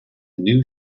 new